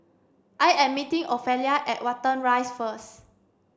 I am meeting Ofelia at Watten Rise first